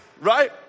Right